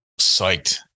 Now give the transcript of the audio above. psyched